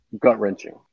gut-wrenching